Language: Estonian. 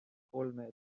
kolme